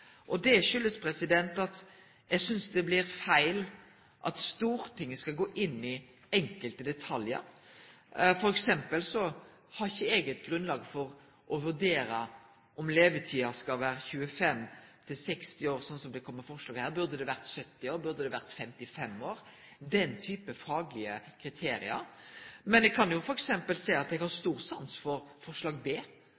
Det kjem av at eg synest det blir feil at Stortinget skal gå inn i enkelte detaljar. For eksempel har ikkje eg grunnlag for å vurdere faglege kriterium som at levetida skal aukast frå 25 år til 60 år, slik det kjem fram i forslaget. Burde det vore 70 år? Burde det vore 55 år? Eg har stor sans for forslagets punkt b, som tek opp korleis me skal vurdere folks tid. At